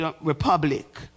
Republic